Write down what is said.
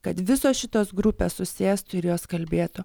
kad visos šitos grupės susėstų ir jos kalbėtų